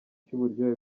cy’uburyohe